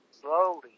Slowly